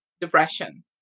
depression